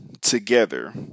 together